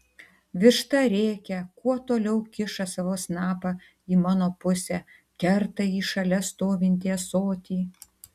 višta rėkia kuo toliau kiša savo snapą į mano pusę kerta į šalia stovintį ąsotį